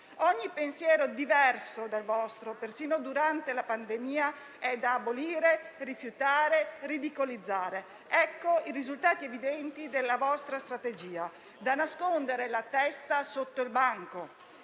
Ogni pensiero diverso dal vostro, persino durante la pandemia, è da abolire, rifiutare e ridicolizzare. Ecco i risultati evidenti della vostra strategia, da nascondere la testa sotto il banco.